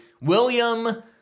William